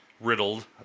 Riddled